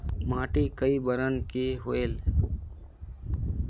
माटी कई बरन के होयल?